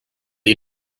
you